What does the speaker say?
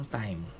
time